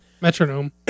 Metronome